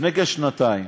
לפני כשנתיים,